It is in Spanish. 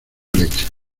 leches